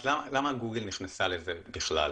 אז למה גוגל נכנסה לזה בכלל?